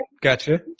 Gotcha